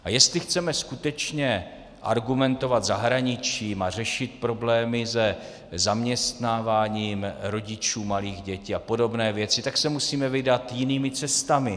A jestli chceme skutečně argumentovat zahraničím a řešit problémy se zaměstnáváním rodičů malých dětí a podobné věci, tak se musíme vydat jinými cestami.